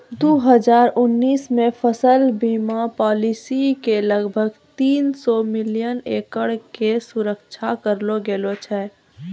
दू हजार उन्नीस मे फसल बीमा पॉलिसी से लगभग तीन सौ मिलियन एकड़ के सुरक्षा करलो गेलौ छलै